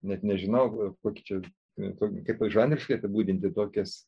net nežinau kokį čia kaip kaip tai žanriškai apibūdinti tokias